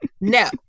no